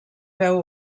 veu